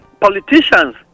politicians